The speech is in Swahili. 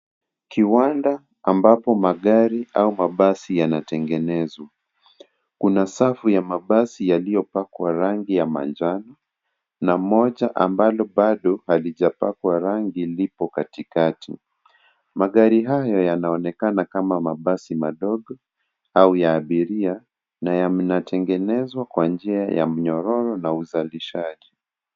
Kiwanda ambapo magari au mabasi yanatengenezwa. Kuna safu ya mabasi yaliyopakwa rangi ya manjano na moja ambalo bado halijapakwa rangi lipo katikati. Magari hayo yanaonekana kama mabasi madogo au ya abiria na yanatengenezwa kwa njia ya mnyororo na uzalishaji.